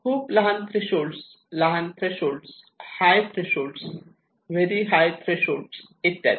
खूप लहान थ्रेशोल्ड लहान threshold high threshold very high threshold इत्यादी